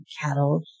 cattle